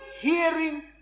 hearing